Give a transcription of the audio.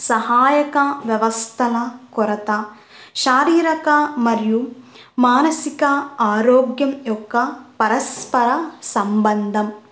సహాయక వ్యవస్థల కొరత శారీరక మరియు మానసిక ఆరోగ్యం యొక్క పరస్పర సంబంధం